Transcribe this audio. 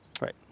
Right